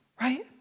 Right